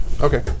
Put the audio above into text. Okay